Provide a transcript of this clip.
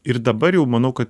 ir dabar jau manau kad